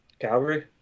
Calgary